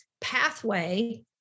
pathway